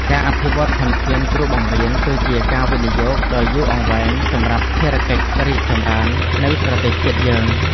ការអភិវឌ្ឍន៍ធនធានគ្រូបង្រៀនគឺជាការវិនិយោគដ៏យូរអង្វែងសម្រាប់ភាពរីកចម្រើននៃប្រទេសជាតិយើង។